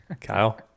Kyle